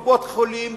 קופות-חולים,